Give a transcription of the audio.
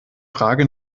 frage